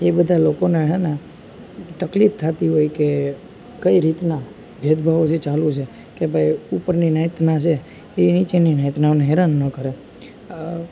એ બધા લોકોના છે ને તકલીફ થતી હોય કે કઈ રીતના ભેદભાવો જે ચાલુ છે કે ભાઈ ઉપરની નાતના જે એ નીચેની નાતનાઓને હેરાન ન કરે